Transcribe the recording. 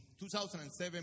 2007